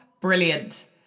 Brilliant